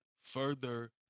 further